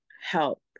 help